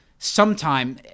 sometime